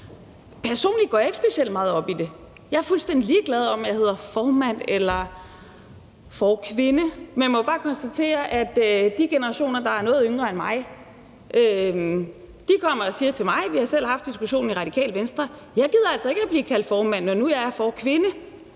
Personligt går jeg ikke specielt meget op i det. Jeg er fuldstændig ligeglad med, om jeg hedder formand eller forkvinde, men jeg må bare konstatere, at de generationer, der er noget yngre end mig, kommer og siger til mig – vi har selv haft diskussionen i Radikale Venstre: Jeg gider altså ikke at blive kaldt formand, når nu jeg er forkvinde;